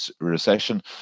recession